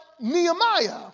Nehemiah